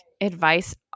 advice